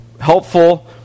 helpful